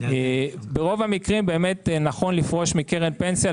ברוב המקרים באמת נכון לפרוש מקרן פנסיה,